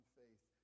faith